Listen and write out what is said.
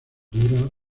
dura